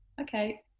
okay